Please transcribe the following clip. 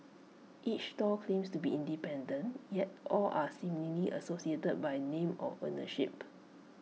each stall claims to be independent yet all are seemingly associated by name or ownership